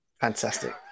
Fantastic